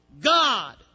God